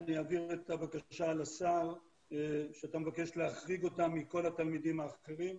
אני אעביר את הבקשה לשר שאתה מבקש להחריג אותם מכל התלמידים האחרים.